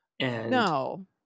No